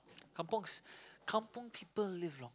kampungs kampung people live long